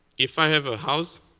if we have a house,